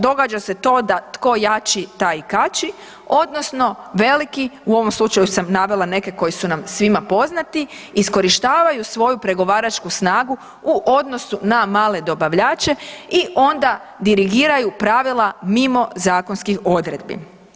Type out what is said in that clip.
Događa se to da tko jači, taj i kači, odnosno veliki u ovom slučaju sam navela neke koji su nam svima poznati, iskorištavaju svoju pregovaračku snagu u odnosu na male dobavljače i onda dirigiraju pravila mimo zakonskih odredbi.